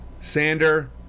Sander